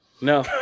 No